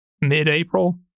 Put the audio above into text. mid-April